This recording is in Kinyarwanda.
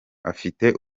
afite